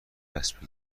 بچسب